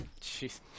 Jeez